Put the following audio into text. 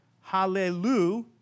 hallelujah